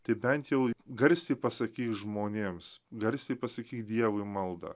tai bent jau garsi pasaky žmonėms garsiai pasakyk dievui maldą